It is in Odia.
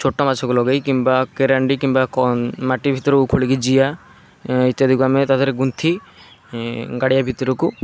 ଛୋଟ ମାଛକୁ ଲଗାଇ କିମ୍ବା କେରାଣ୍ଡି କିମ୍ବା ମାଟି ଭିତରୁ ଖୋଳିକି ଜିଆ ଇତ୍ୟାଦିକୁ ଆମେ ତା ଦେହରେ ଗୁନ୍ଥି ଗାଡ଼ିଆ ଭିତରକୁ